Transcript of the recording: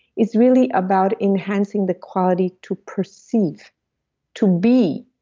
is really about enhancing the quality to perceive to be,